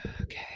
Okay